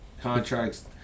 contracts